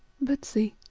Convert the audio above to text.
but see,